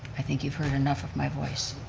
i think you've heard enough of my voice.